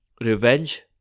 Revenge